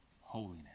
holiness